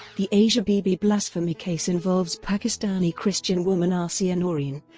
the asia bibi blasphemy case involves pakistani christian woman aasiya noreen,